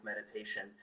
meditation